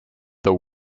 the